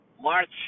March